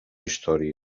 història